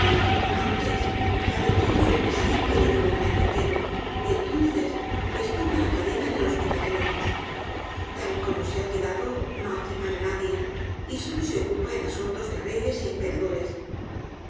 antes padeció un frenesí que le duró un año entero y entonces estuvo á la cadena en el hospital de locos tal como se ha quedado no hace mal á nadie y solo se ocupa en asuntos de reyes y emperadores